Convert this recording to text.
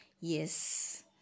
yes